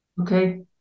okay